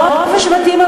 לא, אבל את מדברת באופן